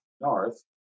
North